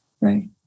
Right